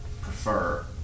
prefer